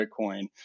Bitcoin